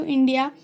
India